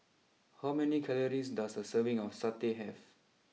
how many calories does a serving of Satay have